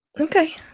okay